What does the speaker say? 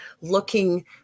looking